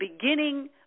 beginning